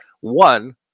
one